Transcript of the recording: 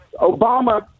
Obama